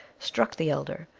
struck the elder,